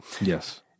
Yes